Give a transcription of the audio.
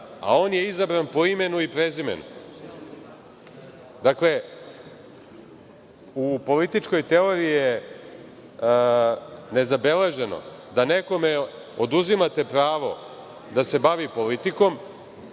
a on je izabran po imenu i prezimenu. Dakle, u političkoj teoriji je nezabeleženo da nekome oduzimate pravo da se bavi politikom,